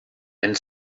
and